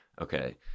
okay